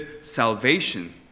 salvation